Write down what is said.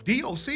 DOC